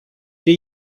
they